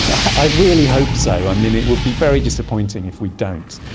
i really hope so. i mean, it would be very disappointing if we don't.